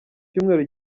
cyumweru